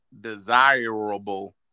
desirable